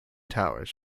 towers